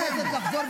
לא ניתן לך.